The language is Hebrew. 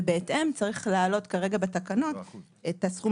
ובהתאם צריך להעלות כרגע בתקנות את הסכום